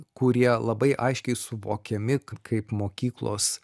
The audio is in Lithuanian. kurie labai aiškiai suvokiami kaip mokyklos